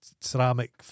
ceramic